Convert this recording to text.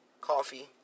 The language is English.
coffee